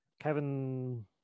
Kevin